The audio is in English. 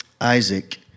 Isaac